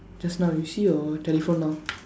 just now you see your telephone now